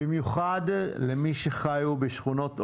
במיוחד למי שחיו בשכונות עוני,